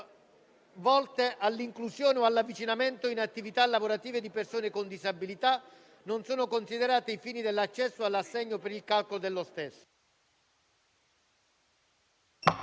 volte all'inclusione o all'avvicinamento in attività lavorative di persone con disabilità non sono considerate, ai fini dell'accesso all'assegno, per il calcolo dello stesso.